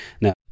Now